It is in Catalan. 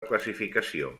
classificació